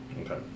Okay